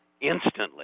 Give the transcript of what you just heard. instantly